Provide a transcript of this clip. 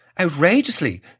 outrageously